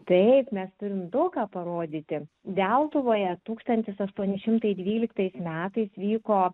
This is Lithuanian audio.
taip mes turim daug ką parodyti deltuvoje tūkstantis aštuoni šimtai dvyliktais metais vyko